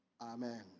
Amen